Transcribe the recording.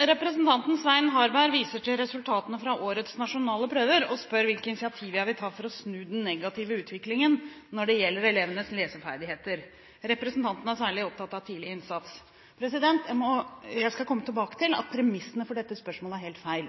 Representanten Svein Harberg viser til resultatene fra årets nasjonale prøver og spør hvilke initiativ jeg vil ta for å snu den negative utviklingen når det gjelder elevenes leseferdigheter. Representanten er særlig opptatt av tidlig innsats. Jeg skal komme tilbake til at premissene for dette spørsmålet er helt feil.